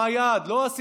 מה היעד.